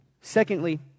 Secondly